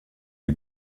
die